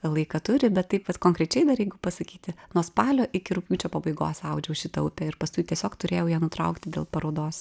laiką turi bet taip vat konkrečiai dar jeigu pasakyti nuo spalio iki rugpjūčio pabaigos audžiau šitą upę ir paskui tiesiog turėjau ją nutraukti dėl parodos